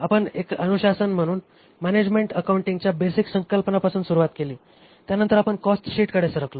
आपण एक अनुशासन म्हणून मॅनॅजमेन्ट अकाउंटिंगच्या बेसिक संकल्पनांपासून सुरुवात केली त्यानंतर आपण कॉस्टशीटकडे सरकलो